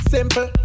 Simple